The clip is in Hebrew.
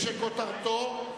כותרתו: